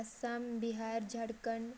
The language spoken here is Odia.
ଆସାମ ବିହାର ଝାଡ଼ଖଣ୍ଡ